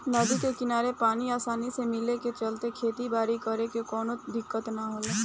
नदी के किनारे पानी आसानी से मिले के चलते खेती बारी करे में कवनो दिक्कत ना होला